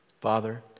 Father